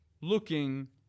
looking